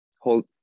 hold